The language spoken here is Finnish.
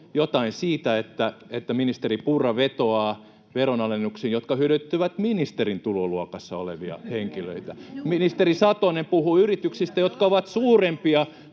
jotain siitä, että ministeri Purra vetoaa veronalennuksiin, jotka hyödyttävät ministerin tuloluokassa olevia henkilöitä. Ministeri Satonen puhui yrityksistä, jotka ovat suurempia